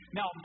Now